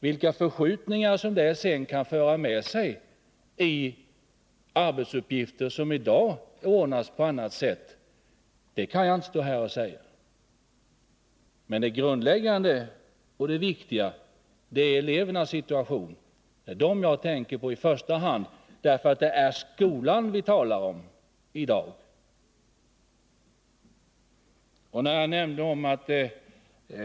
Vilka förskjutningar det sedan kan föra med sig i arbetsuppgifter som i dag ordnas på annat sätt, det kan jag inte säga här i dag. Det grundläggande är elevernas situation. Det är dem jag tänker på i första hand, därför att det är skolan vi talar om i dag.